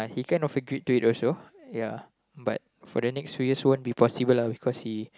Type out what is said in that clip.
he kind of agreed to it also ya but for the next few years won't be possible lah because he